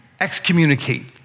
excommunicate